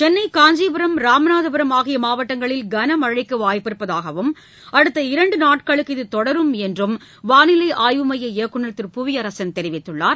சென்னை காஞ்சிபுரம் ராமநாதபுரம் ஆகிய மாவட்டங்களில் கனமழைக்கு வாய்ப்பிருப்பதாகவும் அடுத்த இரண்டு நாட்களுக்கு இத்தொடரும் என்றும் வானிலை ஆய்வுமைய இயக்குநர் திரு புவியரசன் தெரிவித்துள்ளார்